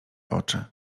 oczy